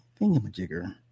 thingamajigger